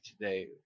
today